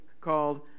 called